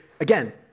again